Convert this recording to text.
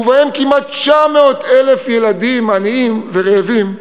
ובהם כמעט 900,000 ילדים עניים ורעבים,